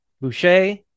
Boucher